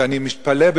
ואני מתפלא,